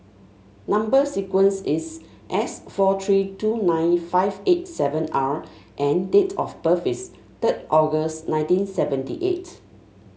number sequence is S four three two nine five eight seven R and date of birth is third August One Thousand nine hundred and seventy eight